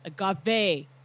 agave